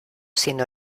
sino